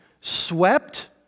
swept